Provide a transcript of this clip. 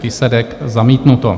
Výsledek: zamítnuto.